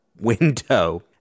window